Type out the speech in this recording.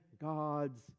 God's